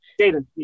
Jaden